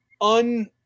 un